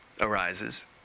arises